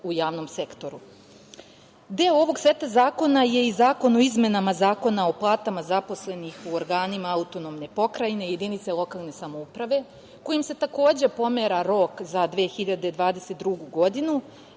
u javnom sektoru. Deo ovog seta zakona je i Zakon o izmenama Zakona o platama zaposlenih u organima AP i jedinice lokalne samouprave, kojim se takođe pomera rok za 2022. godinu,